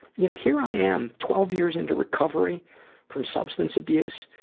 you know here i am twelve years into recovery from substance abuse.